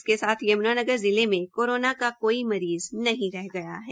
इसके साथ यम्नानगर जिले में कोरोना का कोई मरीज़ नहीं रहा गया है